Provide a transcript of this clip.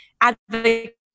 advocacy